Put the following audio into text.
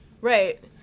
Right